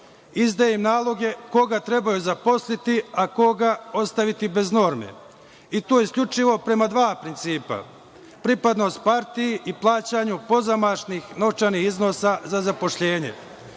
izdaje im naloge koga treba zaposliti, a koga ostaviti bez norme, i to isključivo prema dva principa – pripadnost partiji i plaćanju pozamašnih novčanih iznosa za zaposlenje.